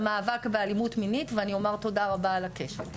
למאבק באלימות מינית ואני אומר תודה רבה על הקשב.